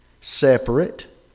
Separate